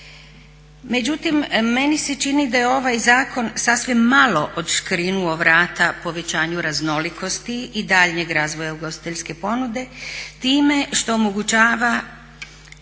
Međutim, meni se čini da je ovaj zakon sasvim malo odškrinuo vrata povećanju raznolikosti i daljnjeg razvoja ugostiteljske ponude time što omogućava